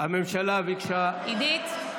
הממשלה ביקשה, עידית?